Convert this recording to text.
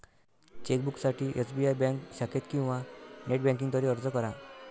चेकबुकसाठी SBI bank शाखेत किंवा नेट बँकिंग द्वारे अर्ज करा